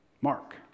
Mark